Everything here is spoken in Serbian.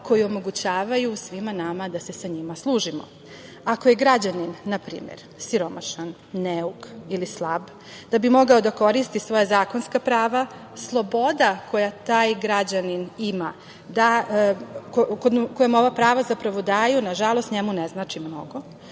koji omogućavaju svima nama da se sa njima služimo. Ako je građanin, na primer, siromašan, neuk ili slab, da bi mogao da koristi svoja zakonska prava, sloboda koju taj građanin ima da, koja mu ova prava zapravo daju, nažalost, njemu ne znači mnogo.